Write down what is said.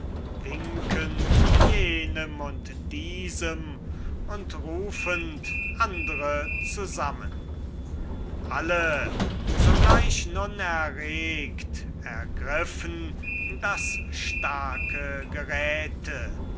winkend jenem und diesem und rufend andre zusammen alle sogleich nun erregt ergriffen das starke geräte